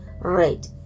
Right